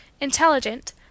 intelligent